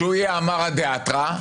שהוא יהיה המרא דאתרא,